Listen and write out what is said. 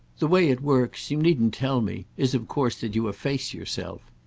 the way it works you needn't tell me is of course that you efface yourself.